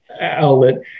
outlet